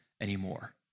anymore